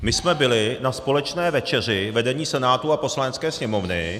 My jsme byli na společné večeři vedení Senátu a Poslanecké sněmovny.